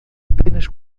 apenas